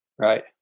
Right